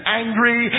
angry